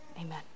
Amen